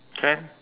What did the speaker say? can